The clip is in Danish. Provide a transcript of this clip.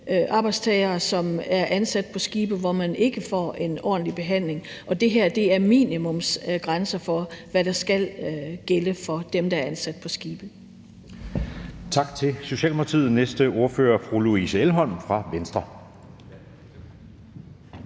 arbejdstagere, som er ansat på skibe, hvor man ikke får en ordentlig behandling, og det her er minimumsgrænser for, hvad der skal gælde for dem, der er ansat på skibe.